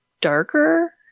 darker